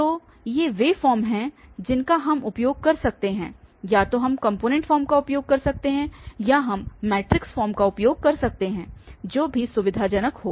तो ये वे फॉर्म हैं जिनका हम उपयोग कर सकते हैं या तो हम कॉम्पोनेंट फॉर्म का उपयोग कर सकते हैं या हम मैट्रिक्स फॉर्म का उपयोग कर सकते हैं जो भी सुविधाजनक हो